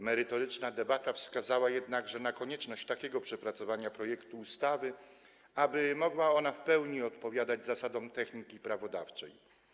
Merytoryczna debata wskazała jednakże na konieczność takiego przepracowania projektu ustawy, aby mogła ona w pełni odpowiadać zasadom techniki prawodawczej.